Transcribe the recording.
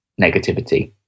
negativity